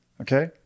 Okay